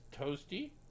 toasty